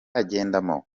agendamo